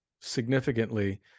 significantly